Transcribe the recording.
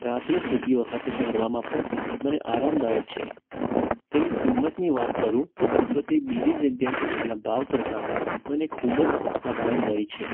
રાત્રે સૂતી વખતે પહેરવામાં પણ મને આરામદાયક છે તેની કિંમતની વાત કરું તો તે બીજી જગ્યાએ પૂછેલા ભાવ કરતાં મને ખૂબ જ સસ્તા ભાવે મળી છે